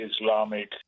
Islamic